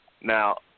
Now